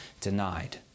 denied